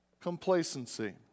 complacency